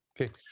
Okay